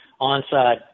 onside